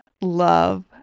love